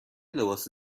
لباس